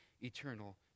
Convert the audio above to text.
eternal